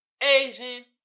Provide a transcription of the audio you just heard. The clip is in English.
Asian